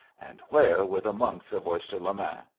and where were the monks of oyster-le-main?